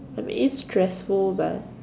I mean it's stressful but